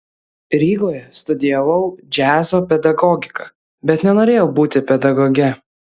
rygoje studijavau džiazo pedagogiką bet nenorėjau būti pedagoge